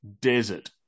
desert